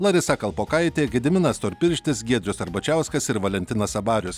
larisa kalpokaitė gediminas storpirštis giedrius arbačiauskas ir valentinas abarius